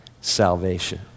salvation